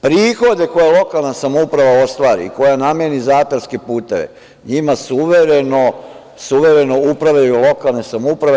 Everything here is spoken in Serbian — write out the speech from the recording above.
Prihode koje lokalna samouprava ostvari i koja nameni za atarske puteve, njima suvereno upravljaju lokalne samouprave.